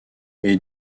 est